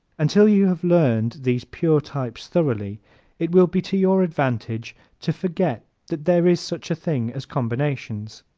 until you have learned these pure types thoroughly it will be to your advantage to forget that there is such a thing as combinations.